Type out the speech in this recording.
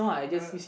none